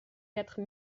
quatre